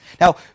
Now